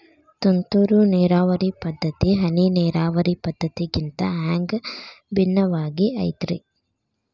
ತುಂತುರು ನೇರಾವರಿ ಪದ್ಧತಿ, ಹನಿ ನೇರಾವರಿ ಪದ್ಧತಿಗಿಂತ ಹ್ಯಾಂಗ ಭಿನ್ನವಾಗಿ ಐತ್ರಿ?